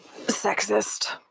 sexist